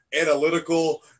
analytical